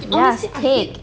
!wah! steak